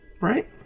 right